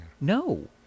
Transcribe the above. No